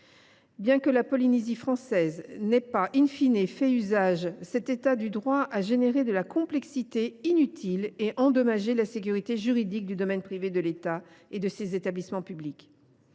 Bien que la Polynésie n’en ait pas fait usage, cet état du droit a engendré une complexité inutile et endommagé la sécurité juridique du domaine privé de l’État et de ses établissements publics.